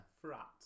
frat